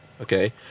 okay